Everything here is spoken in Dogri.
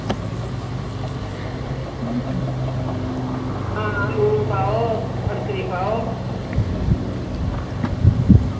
आं लून पाओ फटकरी पाओ